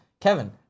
Kevin